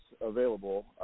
available